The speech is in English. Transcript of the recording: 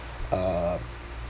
uh